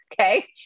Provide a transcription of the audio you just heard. Okay